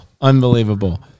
Unbelievable